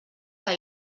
que